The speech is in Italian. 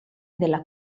della